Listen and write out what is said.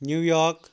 New York